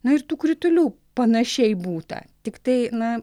na ir tų kritulių panašiai būta tiktai na